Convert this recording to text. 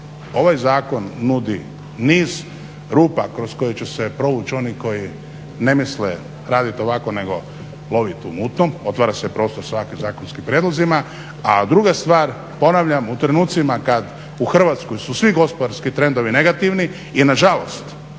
ovaj zakon nudi niz rupa kroz koje će se provući oni koji ne misle raditi ovako nego loviti u mutnom. Otvara se prostor sa ovakvim zakonskim prijedlozima. A druga stvar ponavljam u trenucima kad u Hrvatskoj su svi gospodarski trendovi negativni i na žalost